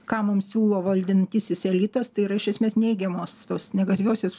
ką mums siūlo valdantysis elitas tai yra iš esmės neigiamos negatyviosios